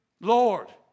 Lord